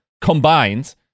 combined